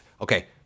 Okay